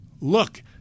look